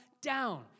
down